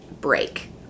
break